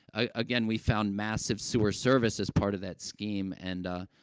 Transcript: ah again, we found massive sewer services part of that scheme and, ah,